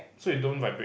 so it don't vibrate